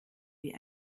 wie